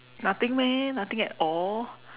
nothing meh nothing at all